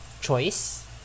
choice